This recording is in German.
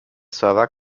server